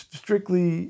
strictly